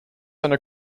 einer